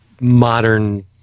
modern